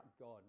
God